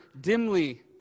dimly